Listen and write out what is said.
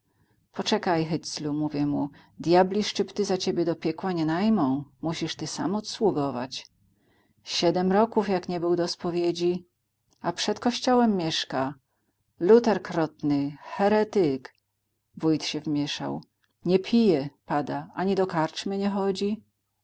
poczekaj hyclu mówię mu dyabli szczypty za ciebie do piekła nie najmą musisz ty sam odsługować siedem roków jak nie był do spowiedzi a przed kościołem mieszka luter krotny heretyk wójt się wmieszał nie pije pada ani do karczmy nie chodzi